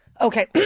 okay